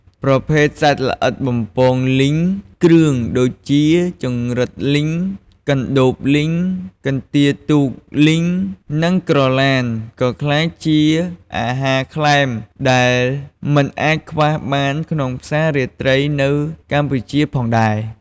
ប្រភេទសត្វល្អិតបំពងលីងគ្រឿងដូចជា ចង្រិតលីង កន្ដូបលីង កន្ទាទូកលីង និងក្រឡាន ក៏ក្លាយជាអាហារក្លែមដែលមិនអាចខ្វះបានក្នុងផ្សាររាត្រីនៅកម្ពុជាផងដែរ។